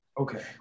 Okay